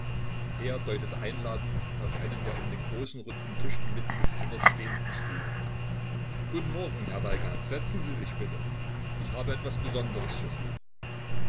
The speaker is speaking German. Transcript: er deutete einladend auf einen der um den großen runden tisch inmitten des zimmers stehenden stühle guten morgen herr weigand setzen sie sich bitte ich habe etwas besonders für sie